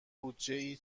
بودجهای